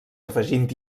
afegint